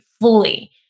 Fully